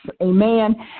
Amen